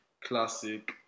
Classic